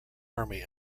army